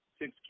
six